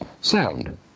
sound